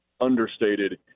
understated